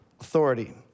Authority